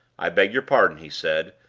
i beg your pardon, he said,